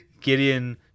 Gideon